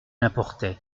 importait